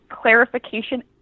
clarification